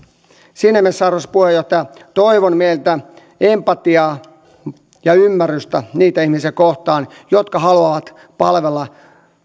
siinä mielessä arvoisa puheenjohtaja toivon meiltä empatiaa ja ymmärrystä niitä ihmisiä kohtaan jotka haluavat palvella